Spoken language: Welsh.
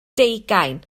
deugain